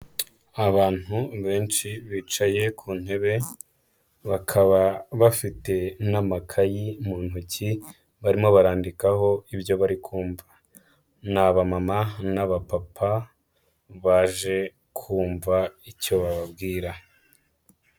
Abantu benshi bicaye ku ntebe, bakaba bafite n'amakayi mu ntoki, barimo barandikaho ibyo bari kumva, ni aba mama n'aba papa baje kumva icyo bababwira.